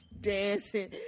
dancing